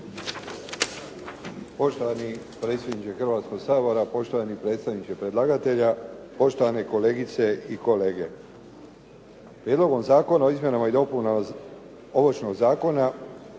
Poštovani predsjedniče Hrvatskoga sabora, poštovani predstavniče predlagatelja, poštovane kolegice i kolege. Prijedlogom zakona o izmjenama i dopunama Ovršnog zakona